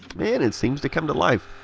and it seems to come to life.